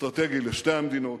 אסטרטגי לשתי המדינות.